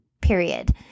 period